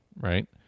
right